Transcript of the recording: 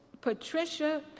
Patricia